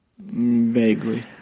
Vaguely